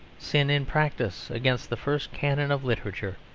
sin in practice against the first canon of literature,